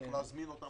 צריך להזמין אותם.